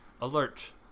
alert